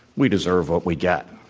we deserve what we get.